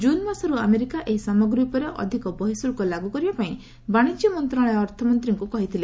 କ୍ରୁନ ମାସରୁ ଆମେରୀକାର ଏହି ସାମଗ୍ରୀ ଉପରେ ଅଧିକ ବର୍ହିଶ୍ୱଳ୍କ ଲାଗୁ କରିବା ପାଇଁ ବାଶିଜ୍ୟ ମନ୍ତ୍ରଣାଳୟ ଅର୍ଥମନ୍ତ୍ରଣାଳୟକୁ କହିଥିଲେ